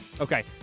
Okay